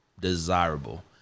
desirable